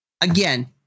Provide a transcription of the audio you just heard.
Again